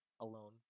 alone